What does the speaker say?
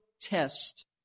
test